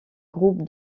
groupe